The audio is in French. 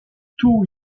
tout